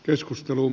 keskustelun